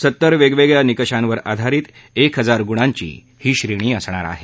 सत्तर वेगवेगळ्या निकषांवर आधारित एक हजार गुणांची ही श्रेणी असणार आहे